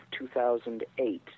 2008